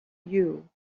you